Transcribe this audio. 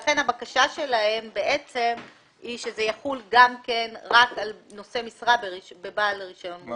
לכן הבקשה שלהם היא שזה יחול גם רק על נושא שמרה ברישיון מורחב.